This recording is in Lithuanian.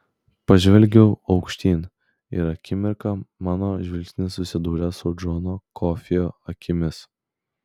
pažvelgiau aukštyn ir akimirką mano žvilgsnis susidūrė su džono kofio akimis